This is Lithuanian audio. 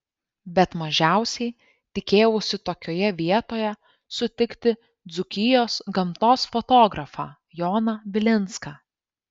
bet mažiausiai tikėjausi tokioje vietoje sutikti dzūkijos gamtos fotografą joną bilinską